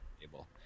table